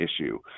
issue